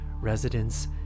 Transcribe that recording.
residents